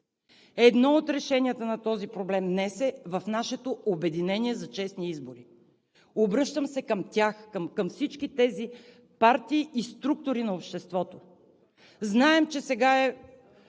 едно от решенията на този проблем днес е в нашето обединение за честни избори. Обръщам се към тях, към всички тези партии и структури на обществото. Знаем, че сега е